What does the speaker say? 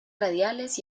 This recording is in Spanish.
radiales